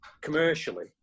commercially